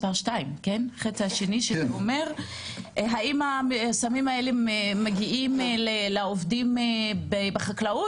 החצי השני הוא האם הסמים האלה מגיעים אל העובדים בחקלאות,